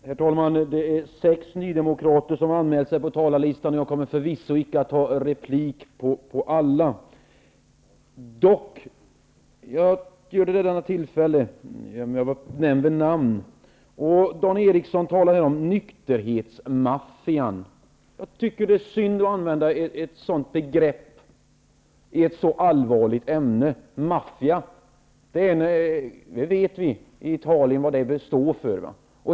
Herr talman! Det är sex nydemokrater som har anmält sig på talarlistan. Jag kommer förvisso icke att begära replik på alla. Dock gör jag det vid detta tillfälle eftersom jag nämnts vid namn. Dan Eriksson i Stockholm talar om nykterhetsmaffian. Jag tycker att det är synd att använda ett sådant begrepp i ett så allvarligt ämne. Vi vet vad ''maffia'' står för i Italien.